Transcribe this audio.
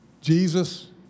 Jesus